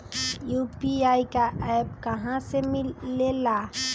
UPI का app कहा से मिलेला?